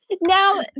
Now